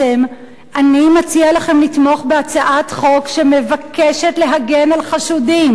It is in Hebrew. אני מציע לכם לתמוך בהצעת חוק שמבקשת להגן על חשודים,